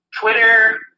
Twitter